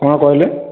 କ'ଣ କହିଲେ